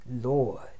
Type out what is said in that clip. Lord